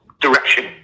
direction